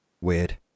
Weird